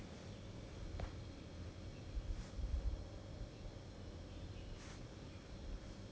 I want to buy a T_V and I want to buy err either a P_S four or when P_S fiv~ P_S five comes out then I buy P_S five lah